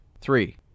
Three